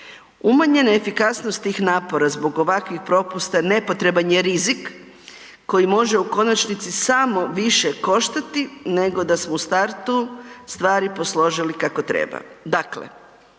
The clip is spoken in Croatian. Umanjena efikasnost tih napora zbog ovakvih propusta nepotreban je rizik koji može u konačnici samo više koštati nego da smo u startu stvari posložili kako treba. Dakle,